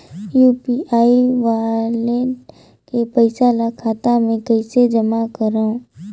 UPI wallet के पईसा ल खाता मे कइसे जमा करव?